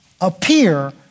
appear